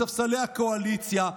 מספסלי הקואליציה,